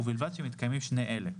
ובלבד שמתקיימים שני אלה: